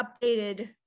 updated